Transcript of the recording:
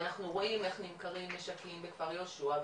ואנחנו רואים איך נמכרים משקים בכפר יהושוע,